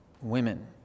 women